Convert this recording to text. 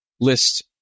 list